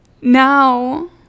now